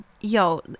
yo